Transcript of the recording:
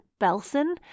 Belson